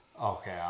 Okay